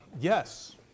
Yes